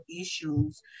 issues